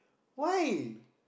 why